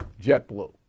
JetBlue